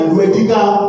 medical